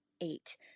eight